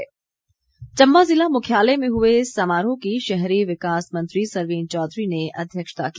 चम्बा समारोह चम्बा ज़िला मुख्यालय में हुए समारोह की शहरी विकास मंत्री सरवीण चौधरी ने अध्यक्षता की